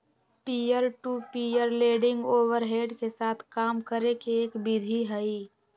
peer to peer lending overhead के साथ काम करे के एक विधि हई